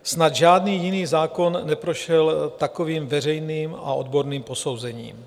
Snad žádný jiný zákon neprošel takovým veřejným a odborným posouzením.